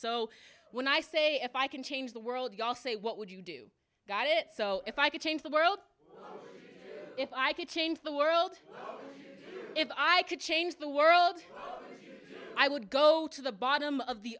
so when i say if i can change the world ya'll say what would you do got it so if i could change the world if i could change the world two if i could change the world i would go to the bottom of the